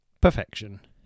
perfection